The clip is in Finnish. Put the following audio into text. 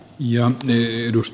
arvoisa puhemies